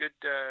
good, –